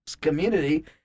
community